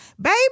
baby